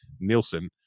Nielsen